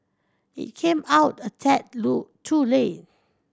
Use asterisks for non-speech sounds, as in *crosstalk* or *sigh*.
it came out a tad *unintelligible* too late